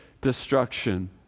destruction